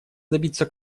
добиться